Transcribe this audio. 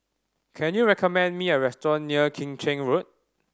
can you recommend me a restaurant near Keng Chin Road